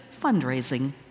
fundraising